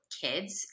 kids